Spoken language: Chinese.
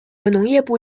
农业部